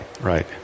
right